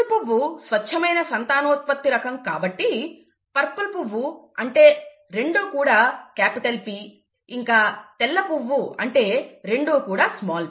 purple పువ్వు స్వచ్ఛమైన సంతానోత్పత్తి రకం కాబట్టి పర్పుల్ పువ్వు అంటే రెండూ కూడా క్యాపిటల్ P ఇంకా తెల్ల పువ్వు అంటే రెండూ కూడా స్మాల్ p